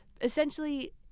Essentially